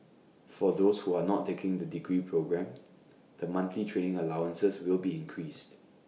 for those who are not taking the degree programme the monthly training allowances will be increased